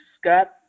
Scott